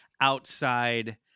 outside